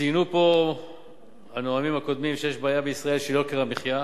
ציינו פה הנואמים הקודמים שיש בעיה בישראל שהיא יוקר המחיה,